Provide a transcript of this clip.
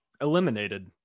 eliminated